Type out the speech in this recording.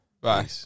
Bye